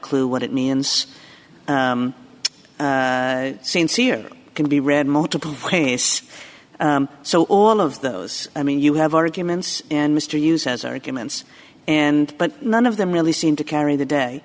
clue what it means sincere can be read multiple ways so all of those i mean you have arguments and mr hughes has arguments and but none of them really seem to carry the day